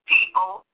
people